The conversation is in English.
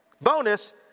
bonus